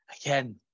Again